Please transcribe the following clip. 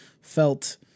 felt